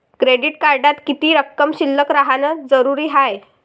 Credit कार्डात किती रक्कम शिल्लक राहानं जरुरी हाय?